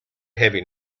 heavy